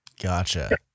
Gotcha